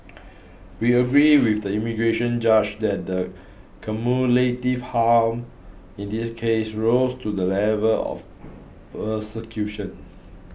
we agree with the immigration judge that the cumulative harm in this case rose to the level of persecution